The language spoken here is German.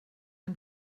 ein